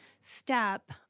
step